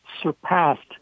surpassed